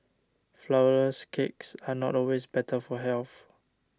Flourless Cakes are not always better for health